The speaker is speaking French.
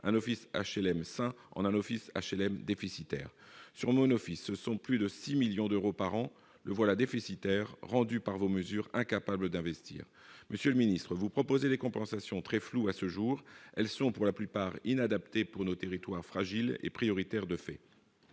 un office HLM, ça en a l'office HLM déficitaire sur nos nos fils, ce sont plus de 6 millions d'euros par an, le voilà déficitaire rendu par vos mesures incapable d'investir, monsieur le ministre vous proposer des compensations très flou à ce jour, elles sont pour la plupart inadapté pour nos territoires fragiles et prioritaire de fait